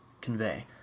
convey